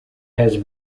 has